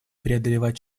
преодолевать